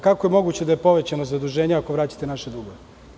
Kako je moguće da je povećano zaduženje ako vraćate naše dugove?